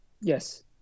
Yes